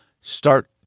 start